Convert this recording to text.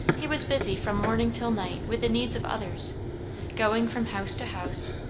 he was busy from morning till night with the needs of others going from house to house,